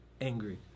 angry